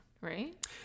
right